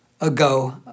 ago